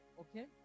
okay